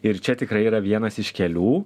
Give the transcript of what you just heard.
ir čia tikrai yra vienas iš kelių